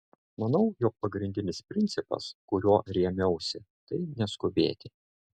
manau jog pagrindinis principas kuriuo rėmiausi tai neskubėti